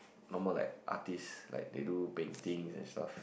normal like artists like they do painting and stuff